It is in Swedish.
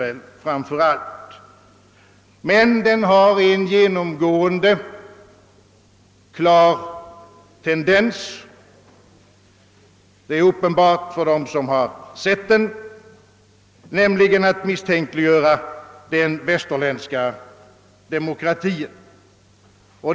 Den har dock en klar genomgående tendens, som är uppenbar för dem som sett utställningen, nämligen att misstänkliggöra den västerländska demokratin.